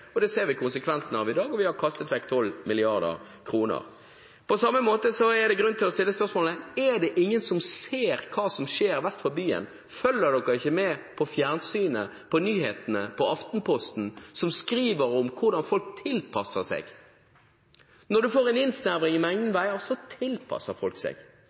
prosjekt. Det ser vi konsekvensene av i dag, og vi har kastet vekk 12 mrd. kr. På samme måte er det grunn til å stille spørsmålet: Er det ingen som ser hva som skjer vest for byen? Følger en ikke med på nyhetene i fjernsynet og i Aftenposten, som skriver om hvordan folk tilpasser seg? Når en får en innsnevring i mengden, tilpasser folk seg.